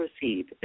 proceed